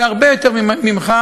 והרבה יותר ממך.